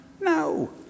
No